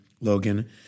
Logan